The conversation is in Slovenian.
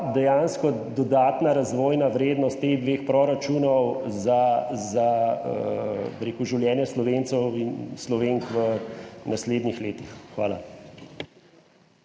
dejansko dodatna razvojna vrednost teh dveh proračunov za življenje Slovencev in Slovenk v naslednjih letih? Hvala.